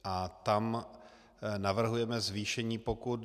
A tam navrhujeme zvýšení pokut.